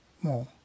more